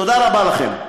תודה רבה לכם.